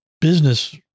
business